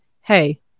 hey